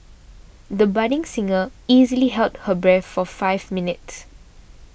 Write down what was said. the budding singer easily held her breath for five minutes